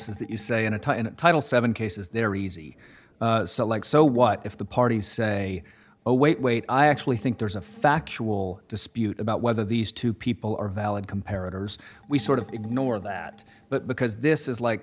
is that you say in a tie in a title seven cases they're easy select so what if the parties say oh wait wait i actually think there's a factual dispute about whether these two people are valid comparatives we sort of ignore that but because this is like